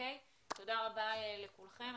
תודה רבה לכולם.